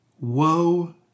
Woe